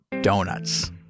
donuts